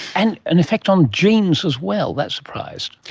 and an effect on genes as well, that surprised.